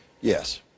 Yes